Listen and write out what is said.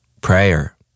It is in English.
Prayer